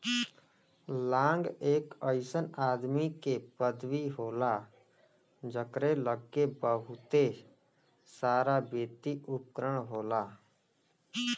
लांग एक अइसन आदमी के पदवी होला जकरे लग्गे बहुते सारावित्तिय उपकरण होला